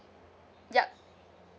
yup